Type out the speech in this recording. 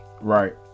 right